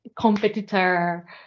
competitor